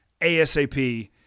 ASAP